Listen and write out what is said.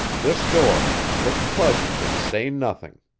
this door look pleasant and say nothing.